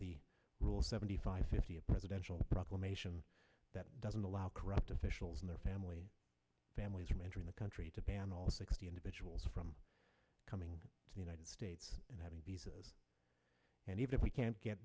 the rule seventy five fifty a presidential proclamation that doesn't allow corrupt officials in their family families from entering the country to ban all sixty individuals from coming to the united states and having visas and if we can't get